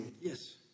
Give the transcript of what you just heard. Yes